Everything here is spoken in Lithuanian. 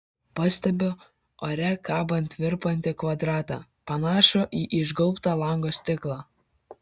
pastebiu ore kabant virpantį kvadratą panašų į išgaubtą lango stiklą